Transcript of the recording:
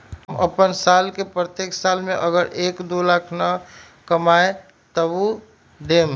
हम अपन साल के प्रत्येक साल मे अगर एक, दो लाख न कमाये तवु देम?